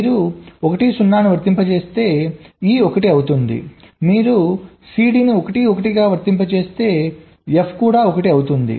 మీరు 1 0 ను వర్తింపజేస్తే E 1 అవుతుంది మీరు CD ని 1 1 గా వర్తింపజేస్తే F కూడా 1 అవుతుంది